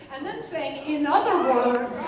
and then saying, in other words,